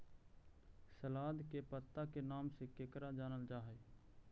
सलाद के पत्ता के नाम से केकरा जानल जा हइ?